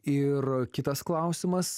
ir kitas klausimas